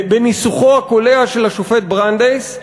בניסוחו הקולע של השופט ברנדייס,